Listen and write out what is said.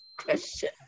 question